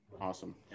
Awesome